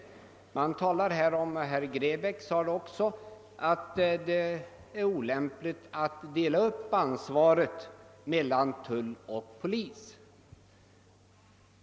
Utskottsmajoriteten framhåller — och herr Grebäck sade det också — att det är olämpligt att dela upp ansvaret mellan tull och polis.